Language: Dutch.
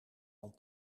dan